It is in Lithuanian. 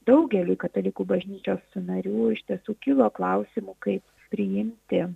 daugeliui katalikų bažnyčios narių iš tiesų kilo klausimų kaip priimti